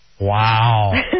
wow